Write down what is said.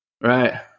Right